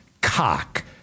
cock